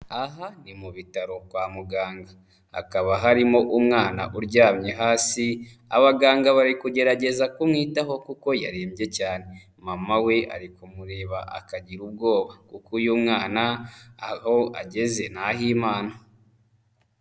Aha ni mu bitaro kwa muganga, hakaba harimo umwana uryamye hasi, abaganga bari kugerageza kumwitaho kuko yarembye cyane, mama we ari kumureba akagira ubwoba kuko uyu mwana aho ageze ni ah'Imana.